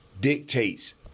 dictates